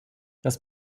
das